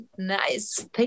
Nice